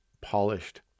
polished